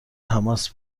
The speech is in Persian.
تماس